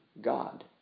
God